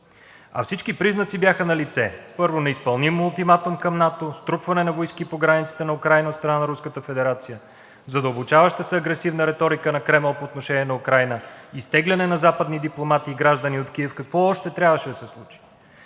А всички признаци бяха налице: първо, неизпълним ултиматум към НАТО, струпване на войски по границата на Украйна от страна на Руската федерация, задълбочаваща се агресивна реторика на Кремъл по отношение на Украйна, изтегляне на западни дипломати и граждани от Киев. Какво още трябваше да се случи?!